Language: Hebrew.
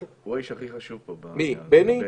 הוא האיש הכי חשוב פה בעניין הזה, בני.